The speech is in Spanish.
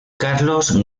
carlos